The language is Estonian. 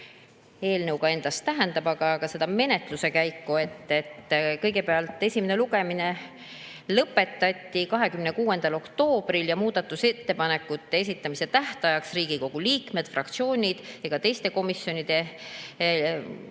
eelnõu endast kujutab, aga ka menetluse käiku. Kõigepealt, esimene lugemine lõpetati 26. oktoobril ja muudatusettepanekute esitamise tähtajaks Riigikogu liikmed, fraktsioonid ega teised komisjonid